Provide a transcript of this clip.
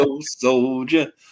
Soldier